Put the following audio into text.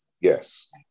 Yes